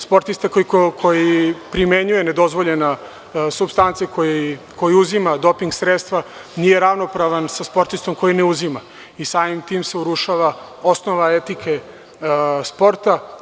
Sportista koji primenjuje nedozvoljene supstance, koji uzima doping sredstva, nije ravnopravan sa sportistom koji ne uzima i samim tim se urušava osnova etike sporta.